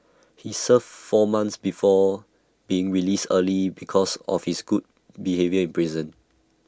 he serve four months before being released early because of his good behaviour in prison